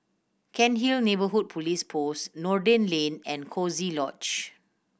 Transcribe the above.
Cairnhill Neighbourhood Police Post Noordin Lane and Coziee Lodge